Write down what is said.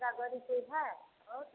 ऐसा गोड़ी चाहिए और